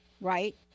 right